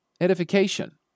Edification